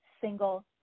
single